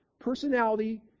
personality